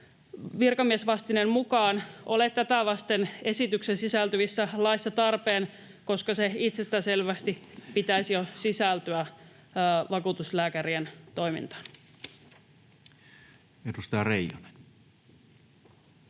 virkamiesvastineen mukaan ole tätä vasten esitykseen sisältyvissä laeissa tarpeen, koska sen itsestäänselvästi pitäisi jo sisältyä vakuutuslääkärien toimintaan. [Speech